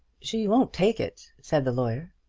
she won't take it, said the lawyer.